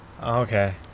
Okay